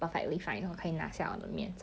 oh ya lah ya lah true